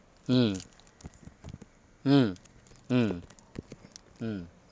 mm mm mm mm